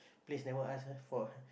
place never ask us for